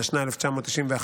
התשנ"א 1991,